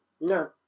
No